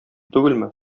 түгелме